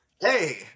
Hey